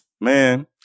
Man